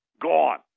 gone